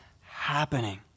happening